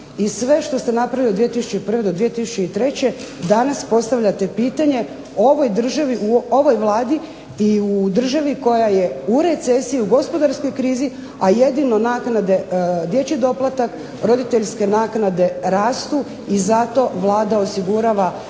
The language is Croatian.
i sve što ste napravili od 2001. do 2003. danas postavljate pitanje ovoj državi, ovoj Vladi i u državi koja je u recesiji, u gospodarskoj krizi, a jedino naknade, dječji doplatak, roditeljske naknade rastu i zato Vlada osigurava